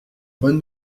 bonne